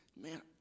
man